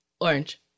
Orange